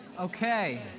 Okay